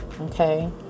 Okay